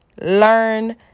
Learn